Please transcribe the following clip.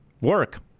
work